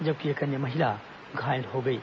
जबकि एक अन्य महिला घायल हो गई है